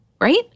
Right